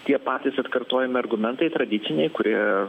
tie patys atkartojami argumentai tradiciniai kurie